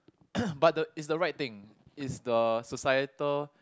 but the it's the right thing it's the societal